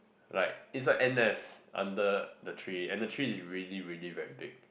like is like ant nest under the tree and the tree is really really very big